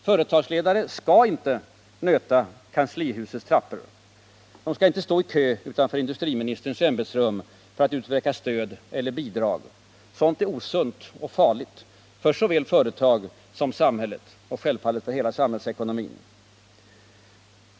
Företagsledare skall inte nöta kanslihusets trappor, de skall inte stå i kö utanför industriministerns ämbetsrum för att utverka stöd eller bidrag. Sådant är osunt och farligt för såväl företagen som samhället och självfallet för hela samhällsekonomin.